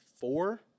four